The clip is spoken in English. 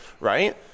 right